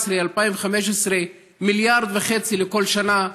2015 היא חייבת 1.5 מיליארד לכל שנה.